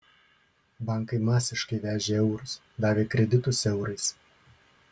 bankai masiškai vežė eurus davė kreditus eurais